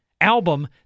album